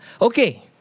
Okay